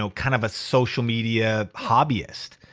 so kind of a social media hobbyist.